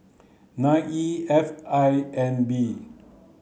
nine E F I N B